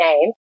name